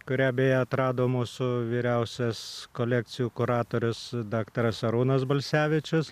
kurią beje atrado mūsų vyriausias kolekcijų kuratorius daktaras arūnas balsevičius